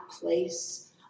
place